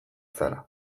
zara